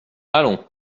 allons